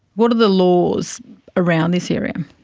what are the laws around this area?